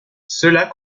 cela